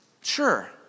sure